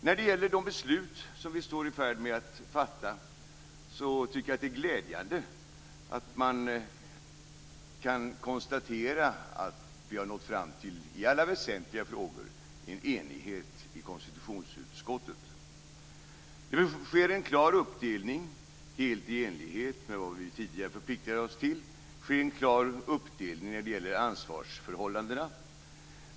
När det gäller de beslut som vi är i färd med att fatta tycker jag att det är glädjande att vi i alla väsentliga frågor har nått fram till en enighet i konstitutionsutskottet. Det sker en klar uppdelning helt i enlighet med vad vi tidigare förpliktat oss till. Det sker en klar uppdelning när det gäller ansvarsförhållandena.